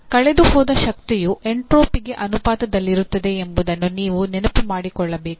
ಆದರೆ ಕಳೆದುಹೋದ ಶಕ್ತಿಯು ಎಂಟ್ರೊಪಿಗೆ ಅನುಪಾತದಲ್ಲಿರುತ್ತದೆ ಎಂಬುದನ್ನು ನೀವು ನೆನಪು ಮಾಡಿಕೊಳ್ಳಬೇಕು